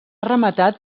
rematat